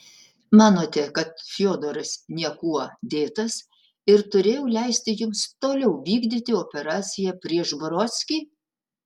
manote kad fiodoras niekuo dėtas ir turėjau leisti jums toliau vykdyti operaciją prieš brodskį